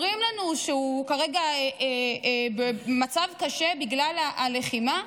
אומרים לנו שהוא כרגע במצב קשה בגלל הלחימה.